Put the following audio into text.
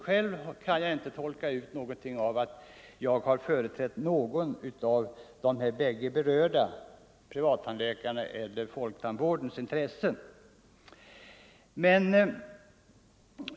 Själv kan jag inte tolka den så att jag skulle företräda någon av de båda berörda parternas — privattandläkarnas eller folktandvårdens — intressen.